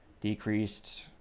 decreased